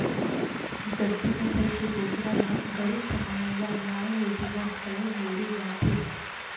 गद्दी नसल के बोकरा ल गरू समान ल लाय लेजे बर घलौ बउरे जाथे